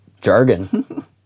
Jargon